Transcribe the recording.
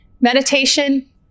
Meditation